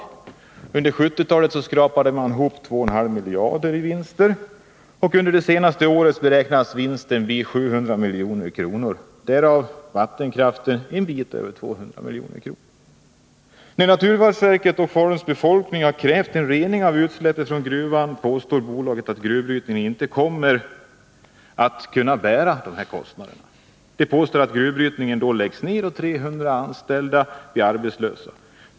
Under 1970-talet skrapade man ihop 2,5 miljarder kronor i vinster, och under det senaste året beräknas vinsten bli 700 milj.kr., därav från vattenkraften något över 200 milj.kr. När naturvårdsverket och befolkningen i Falun kräver en rening av utsläppen från gruvan påstår bolaget att malmbrytningen inte kommer att kunna bära dessa kostnader. Bolaget påstår att gruvdriften i så fall läggs ned och att 300 anställda blir arbetslösa.